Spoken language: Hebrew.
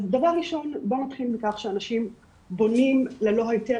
אז דבר ראשון בוא נתחיל שאנשים בונים ללא היתר